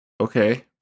Okay